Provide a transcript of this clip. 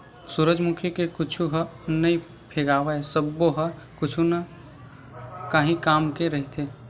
सूरजमुखी के कुछु ह नइ फेकावय सब्बो ह कुछु न काही काम के रहिथे